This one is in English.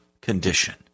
condition